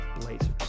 Blazers